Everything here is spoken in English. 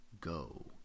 go